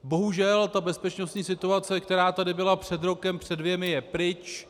Bohužel ta bezpečnostní situace, která tady byla před rokem, před dvěma, je pryč.